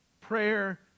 prayer